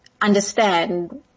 understand